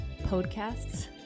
podcasts